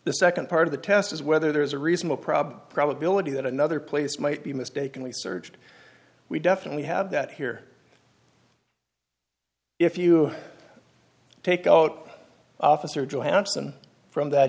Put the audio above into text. the second part of the test is whether there is a reasonable problem probability that another place might be mistakenly searched we definitely have that here if you take out officer johnson from that